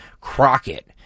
Crockett